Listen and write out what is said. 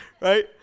right